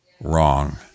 wrong